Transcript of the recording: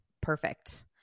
Perfect